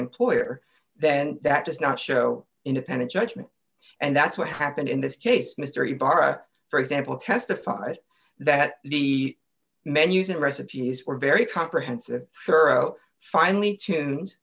employer then that does not show independent judgment and that's what happened in this case mystery barra for example testified that the menus and recipes were very comprehensive pharaoh finely tune